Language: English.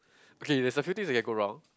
okay there's a few things that can go wrong